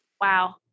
Wow